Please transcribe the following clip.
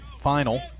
final